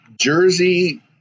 Jersey